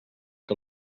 que